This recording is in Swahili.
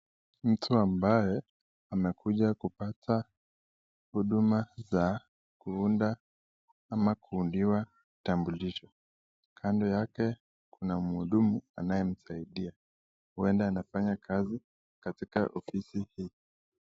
Mtu ambaye anakuja kupata huduma za kuunda ama kuundiwa kitambulisho , kando ya kuna muhudumu anayemsaidia uenda anafanya kazi katika ofisi hii.